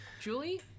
Julie